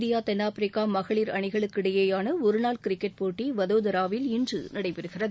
India தென்னாப்பிரிக்கா மகளிர் அணிகளுக்கு இடையிலான ஒருநாள் கிரிக்கெட் போட்டி வதோதராவில் இன்று நடைபெறுகிறது